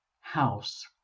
house